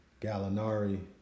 Gallinari